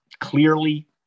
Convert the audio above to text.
clearly